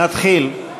נתחיל.